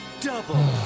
double